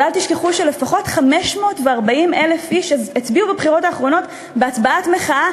אבל אל תשכחו שלפחות 540,000 איש הצביעו בבחירות האחרונות בהצבעת מחאה,